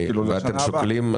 לשנה הבאה.